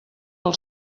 pel